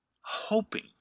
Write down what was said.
hoping